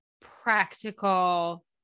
practical